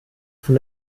von